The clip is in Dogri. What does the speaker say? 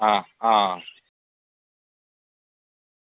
आं आं